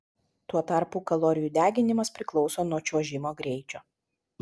tuo tarpu kalorijų deginimas priklauso nuo čiuožimo greičio